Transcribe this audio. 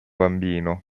bambino